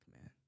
man